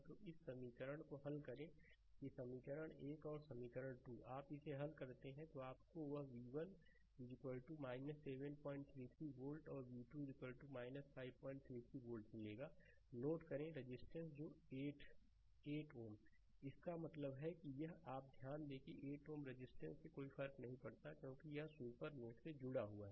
तो इस 2 समीकरण को हल करें कि समीकरण 1 और समीकरण 2 आप इसे हल करते हैं तो आपको वह v1 733 वोल्ट और V 2 533 वोल्ट मिलेगा नोट करें रजिस्टेंस जो 8 8 Ω इसका मतलब है कि यह आप ध्यान दें कि 8 Ω रजिस्टेंस से कोई फर्क नहीं पड़ता क्योंकि यह सुपर नोड से जुड़ा हुआ है